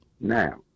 Now